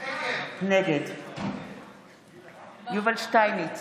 נגד יובל שטייניץ,